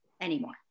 anymore